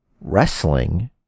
Wrestling